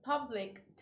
public